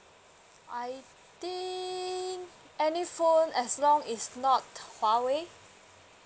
I think any phone as long it's not huawei